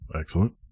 Excellent